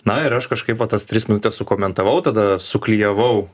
na ir aš kažkaip va tas tris minutes sukomentavau tada suklijavau